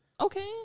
Okay